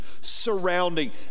surrounding